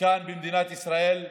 כאן במדינת ישראל,